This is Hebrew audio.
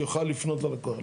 יוכל לפנות ללקוח.